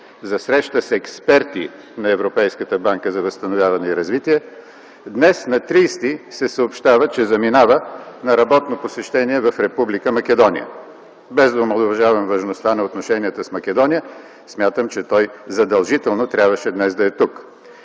за среща с експерти на Европейската банка за възстановяване и развитие. Днес – на 30 април 2010 г., се съобщава, че заминава на работно посещение в Република Македония. Без да омаловажавам важността на отношенията с Македония, смятам, че днес той задължително трябваше да е тук.